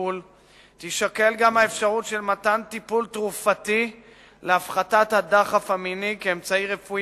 הטיפול תישקל גם האפשרות של מתן טיפול תרופתי להפחתת הדחף המיני,